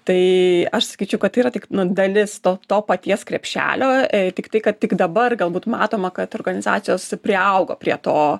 tai aš sakyčiau kad yra tik nu dalis to to paties krepšelio tiktai kad tik dabar galbūt matoma kad organizacijos priaugo prie to